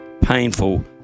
painful